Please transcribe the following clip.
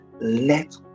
let